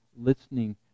listening